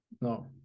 No